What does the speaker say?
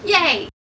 Yay